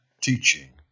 teaching